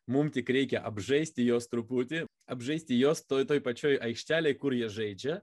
mum tik reikia apžaisti juos truputį apžaisti juos toj toj pačioj aikštelėj kur jie žaidžia